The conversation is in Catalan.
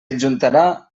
adjuntarà